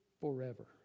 forever